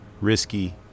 Risky